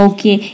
Okay